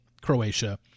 Croatia